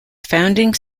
founding